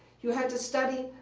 you had to study